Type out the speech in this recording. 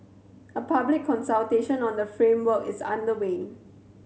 a public consultation on the framework is underway